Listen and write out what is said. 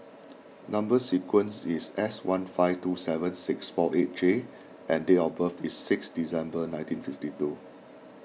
Number Sequence is S one five two seven six four eight J and date of birth is six December nineteen fifty two